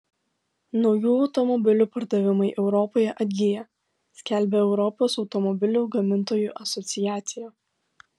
naujų automobilių pardavimai europoje atgyja skelbia europos automobilių gamintojų asociacija